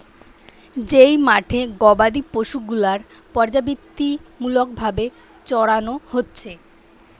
যেই মাঠে গোবাদি পশু গুলার পর্যাবৃত্তিমূলক ভাবে চরানো হচ্ছে